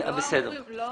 לא